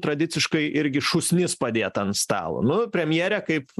tradiciškai irgi šūsnis padėta ant stalo nu premjerė kaip